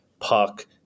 puck